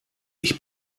ich